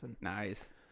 Nice